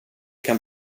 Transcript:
kan